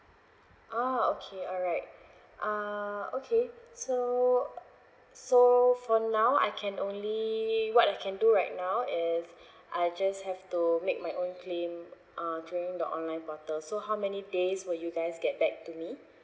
uh okay alright uh okay so so for now I can only what I can do right now is I just have to make my own claim uh during the online portal so how many days will you guys get back to me